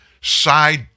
side